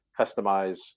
customize